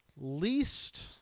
least